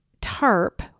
tarp